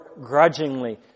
grudgingly